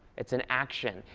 it's an action.